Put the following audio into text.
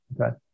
Okay